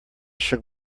shook